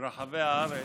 ברחבי הארץ,